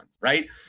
right